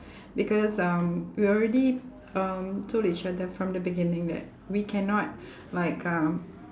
because um we already um told each other from the beginning that we cannot like um